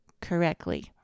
correctly